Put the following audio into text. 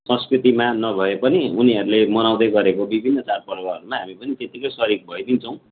संस्कृतिमा नभए पनि उनीहरूले मनाउँदै गरेको विभिन्न चाडपर्वहरूमा हामी पनि त्यत्तिकै सरिक भइदिन्छौँ